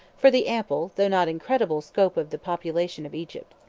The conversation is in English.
for the ample, though not incredible, scope of the population of egypt.